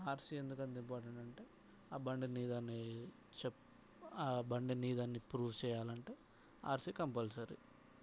RC ఎందుకంత important అంటే ఆ బండి నీదనే చెప్పుకోవడానికి ఆ బండి నీదని ప్రూవ్ చేయాలంటే ఆర్సి కంపల్సరీ